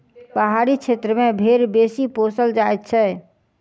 पहाड़ी क्षेत्र मे भेंड़ बेसी पोसल जाइत छै